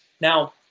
now